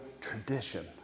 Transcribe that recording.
tradition